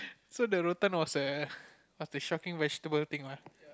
so the was the shocking vegetable thing lah